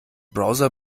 browser